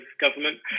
government